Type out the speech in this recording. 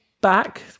back